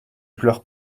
pleure